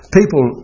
people